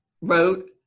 wrote